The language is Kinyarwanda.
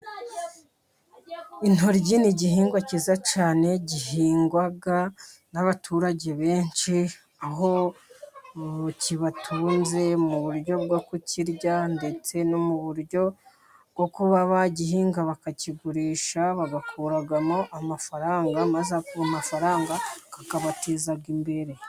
Intoryi ni igihingwa cyiza cyane, gihingwa n'abaturage benshi, aho kibatunze mu buryo bwo kukirya, ndetse no mu buryo bwo kuba bagihinga bakakigurisha, bayakuramo amafaranga, maze ayo mafaranga akabateza imbere.